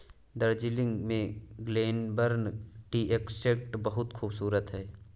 दार्जिलिंग में Glenburn tea estate बहुत खूबसूरत है